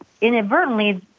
inadvertently